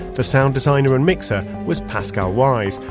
the sound designer and mixer was pascal wyse,